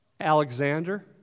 Alexander